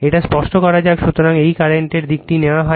এটা স্পষ্ট করা যাক সুতরাং এই কারেন্টের দিকটি নেওয়া হয়